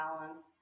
balanced